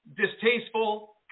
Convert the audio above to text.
distasteful